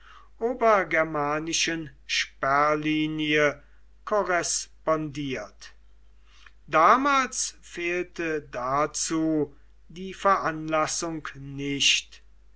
angelegten obergermanischen sperrlinie korrespondiert damals fehlte dazu die veranlassung nicht